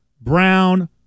Brown